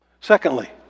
Secondly